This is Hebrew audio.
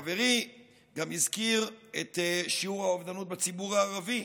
חברי גם הזכיר את שיעור האובדנות בציבור הערבי.